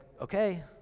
okay